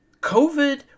COVID